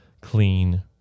clean